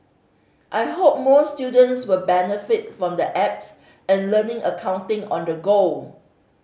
I hope more students will benefit from the apps and learning accounting on the go